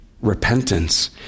Repentance